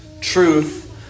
Truth